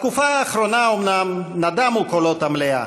בתקופה האחרונה אומנם נדמו קולות המליאה,